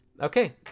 Okay